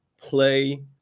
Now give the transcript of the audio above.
play